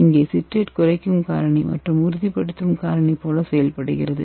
இங்கே சிட்ரேட் குறைக்கும் காரணி மற்றும் உறுதிப்படுத்தும் காரணி போல செயல்படுகிறது